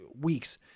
weeks